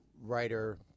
writer